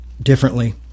differently